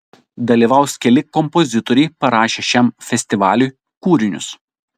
dalyvaus keli kompozitoriai parašę šiam festivaliui kūrinius